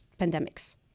pandemics